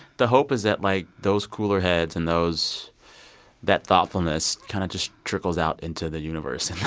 the hope is that like those cooler heads and those that thoughtfulness kind of just trickles out into the universe and